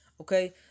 Okay